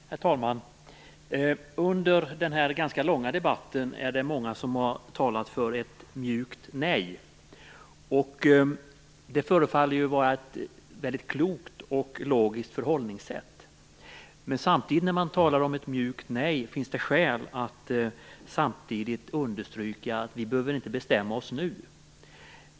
Herr talman! Under denna ganska långa debatt är det många som har talat för ett mjukt nej. Det förefaller vara ett väldigt klokt och logiskt förhållningssätt. Men när man talar om ett mjukt nej finns det samtidigt skäl att understryka att vi inte behöver bestämma oss nu.